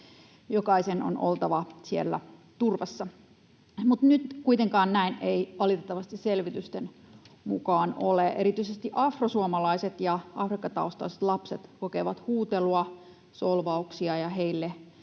Jokaisen on oltava siellä turvassa, mutta nyt kuitenkaan näin ei valitettavasti selvitysten mukaan ole. Erityisesti afrosuomalaiset ja Afrikka-taustaiset lapset kokevat huutelua ja solvauksia ja heille